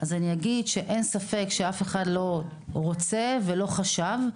אין ספק שאף אחד לא רוצה ולא חשב.